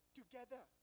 together